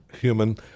human